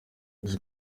ese